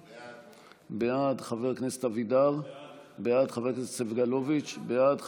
חוק ומשפט בדבר פיצול הצעת חוק להארכת תוקפן